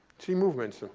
three movements,